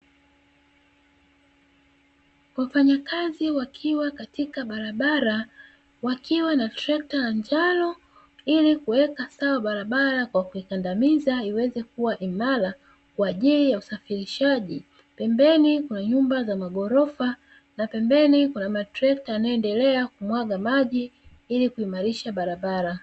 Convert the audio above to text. Wafanyakazi wakiwa katika barabara, wakiwa na trekta ya njano ili kuweka sawa barabara kwa kuikandamiza ili iweze kuwa imara kwa ajili ya usafirishaji. Pembeni mwa nyumba za maghorofa na pembeni kuna matrekta yanayoendelea kumwaga maji, ili kuimarisha barabara.